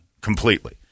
completely